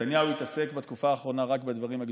נתניהו התעסק בתקופה האחרונה רק בדברים הגדולים,